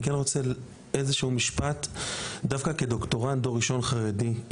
אני כן רוצה משפט דווקא כדוקטורנט דור ראשון וחרדי,